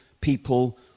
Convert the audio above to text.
people